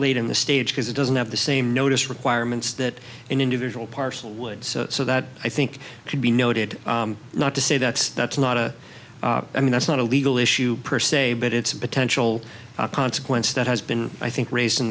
late in the stage because it doesn't have the same notice requirements that an individual parcel would so so that i think it should be noted not to say that's that's not a i mean that's not a legal issue per se but it's a potential consequence that has been i think raised in